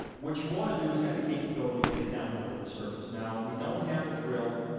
what you want to do is have the capability to get down below the surface. now we don't have a drill,